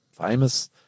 famous